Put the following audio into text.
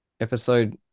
episode